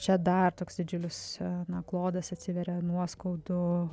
čia dar toks didžiulis na klodas atsiveria nuoskaudų